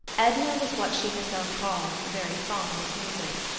edna was what she herself called very fond of music.